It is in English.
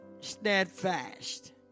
steadfast